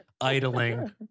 idling